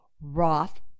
Roth